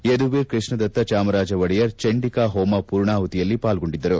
ಯಧುವೀರ್ ಕೃಷ್ಣದತ್ತ ಚಾಮರಾಜ ಒಡೆಯರ್ ಚಂಡಿಕಾ ಹೋಮ ಪೂರ್ಣಾಹುತಿಯಲ್ಲಿ ಪಾಲ್ಗೊಂಡರು